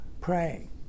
praying